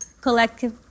collective